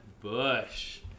Bush